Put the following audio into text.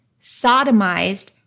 sodomized